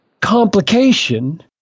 complication